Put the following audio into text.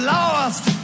Lost